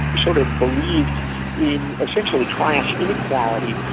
sort of believed in essentially class inequality,